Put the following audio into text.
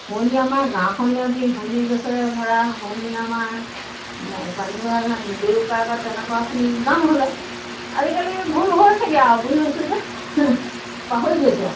শুৱনি আমাৰ গাঁওখন অতি শুৱনি গছেৰে ভৰা শুৱনি আমাৰ পানী ভৰা ঘাট মুদৈয়ে বেপাৰ কৰা তেনেকুৱাখিনি গাওঁ হ'লে আজিকালি ভুল হৈছেগৈ আৰু বুঢ়ী হৈছোঁযে পাহৰি গৈছোঁ আৰু